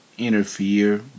interfere